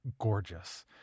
gorgeous